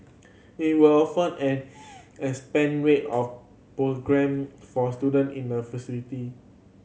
it will offer an expanded range of programme for student in the facility